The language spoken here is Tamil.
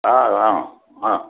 ஆ ஆ ஆ